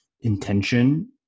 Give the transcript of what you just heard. intention